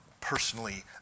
personally